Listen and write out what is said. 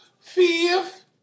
Fifth